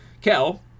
Kel